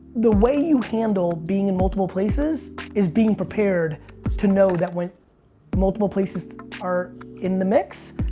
the way you handle being in multiple places, is being prepared to know that when multiple places are in the mix,